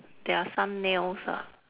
there are some nails ah